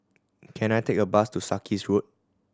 can I take a bus to Sarkies Road